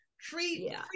free